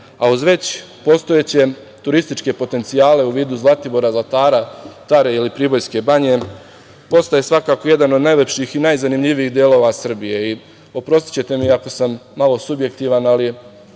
a uz veće postojeće potencijale u vidu Zlatibora i Zlatara, Tare ili Pribojske banje, postaje jedan od najlepših i najzanimljivijih delova Srbije. Oprostićete mi ako sam malo subjektivan, ali